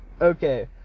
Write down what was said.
Okay